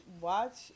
watch